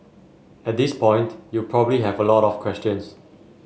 at this point you probably have a lot of questions